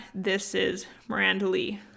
thisismirandalee